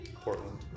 Portland